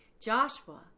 Joshua